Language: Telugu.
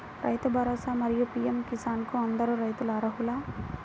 రైతు భరోసా, మరియు పీ.ఎం కిసాన్ కు అందరు రైతులు అర్హులా?